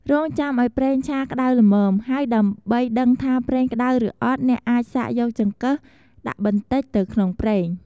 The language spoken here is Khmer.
រង់ចាំឱ្យប្រេងឆាក្តៅល្មម ហើយដើម្បីដឹងថាប្រេងក្តៅឬអត់ អ្នកអាចសាកយកចង្កឹះដាក់បន្តិចទៅក្នុងប្រេង។